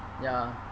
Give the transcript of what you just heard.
ya